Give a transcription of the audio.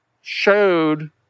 showed